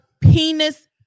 penis